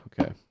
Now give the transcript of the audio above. okay